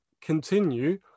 continue